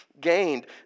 gained